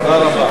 תודה רבה.